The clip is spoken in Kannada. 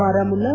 ಬಾರಾಮುಲ್ಲಾ